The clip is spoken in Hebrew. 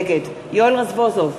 נגד יואל רזבוזוב,